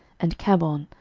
and cabbon,